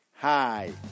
Hi